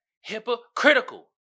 hypocritical